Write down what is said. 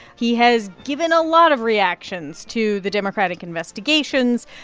he has given a lot of reactions to the democratic investigations.